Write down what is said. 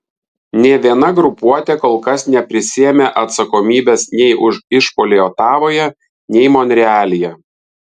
nė viena grupuotė kol kas neprisiėmė atsakomybės nei už išpuolį otavoje nei monrealyje